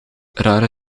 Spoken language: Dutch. rare